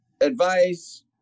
advice